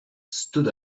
stood